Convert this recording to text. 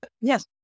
Yes